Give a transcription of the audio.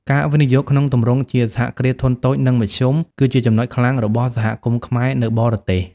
ការវិនិយោគក្នុងទម្រង់ជាសហគ្រាសធុនតូច និងមធ្យម គឺជាចំណុចខ្លាំងរបស់សហគមន៍ខ្មែរនៅបរទេស។